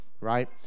Right